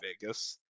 Vegas